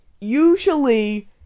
usually